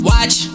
Watch